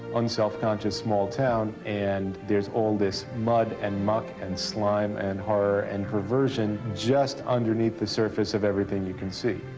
un-self-conscious, small town, and there's all this mud and muck and slime and horror and perversion just underneath the surface of everything you can see.